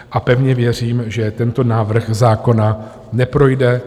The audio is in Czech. A pevně věřím, že tento návrh zákona neprojde.